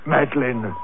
Madeline